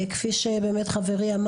כפי שאמר חברי,